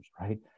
right